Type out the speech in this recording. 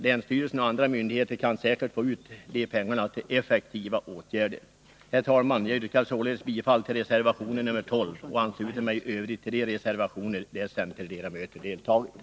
Länsstyrelsen och andra myndigheter skulle säkert kunna använda pengarna till effektiva åtgärder. Herr talman! Jag yrkar således bifall till reservation nr 12 och ansluter mig i Övrigt till de reservationer som centerledamöter står bakom.